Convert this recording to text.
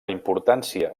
importància